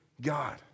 God